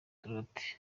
dorothy